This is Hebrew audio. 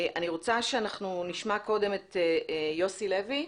אני רוצה שנשמע קודם את יוסי לוי.